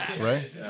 right